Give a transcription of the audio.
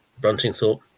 Bruntingthorpe